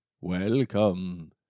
welcome